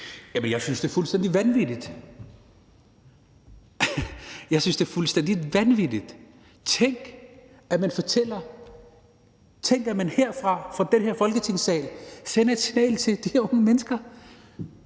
Jamen jeg synes, det er fuldstændig vanvittigt – jeg synes, det er fuldstændig vanvittigt. Tænk, at man herfra, fra den her Folketingssal, sender et signal til de unge mennesker